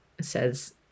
says